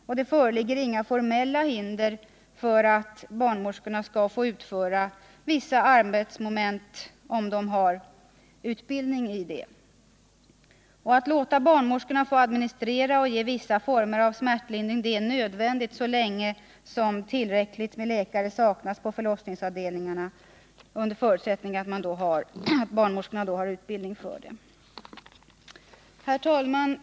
Inga formella hinder föreligger för att barnmorskorna skall få utföra vissa arbetsmoment, om de har utbildning i dessa. Att låta barnmorskorna få administrera och ge vissa former av smärtlindring är nödvändigt så länge det inte finns tillräckligt med läkare på förlossningsavdelningarna — under förutsättning att barnmorskorna har utbildning för detta. Herr talman!